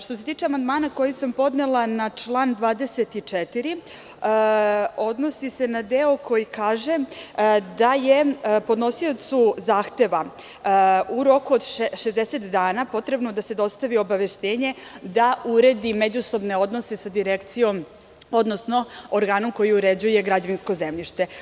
Što se tiče amandmana koji sam podnela na član 24, on se odnosi na deo koji kaže da je podnosiocu zahteva u roku od 60 dana potrebno da se dostavi obaveštenje da uredi međusobne odnose sa direkcijom, odnosno organom koji uređuje građevinsko zemljište.